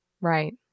Right